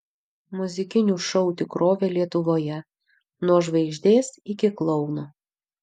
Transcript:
muzikinių šou tikrovė lietuvoje nuo žvaigždės iki klouno